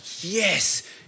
yes